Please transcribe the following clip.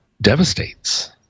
devastates